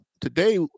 Today